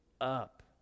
up